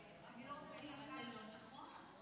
זה נאום הבכורה שלך?